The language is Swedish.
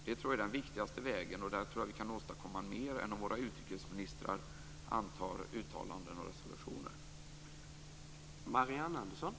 Det tror jag är den viktigaste vägen, och den vägen tror jag att vi kan åstadkomma mer än om våra utrikesministrar kommer med uttalanden och antar resolutioner.